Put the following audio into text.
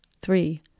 three